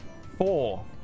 four